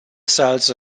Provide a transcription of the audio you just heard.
sells